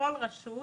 לכל רשות